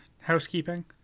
housekeeping